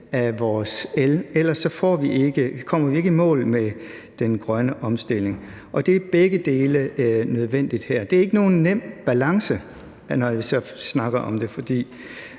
af vores el. Ellers kommer vi ikke i mål med den grønne omstilling, og begge dele er nødvendigt her. Det er ikke nogen nem balance, når vi snakker om det, for